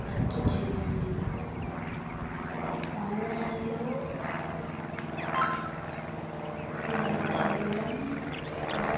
రద్దు చేయండి ఆన్లైన్లో ఇలా చేయడం కరెక్ట్